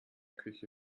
küche